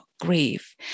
grief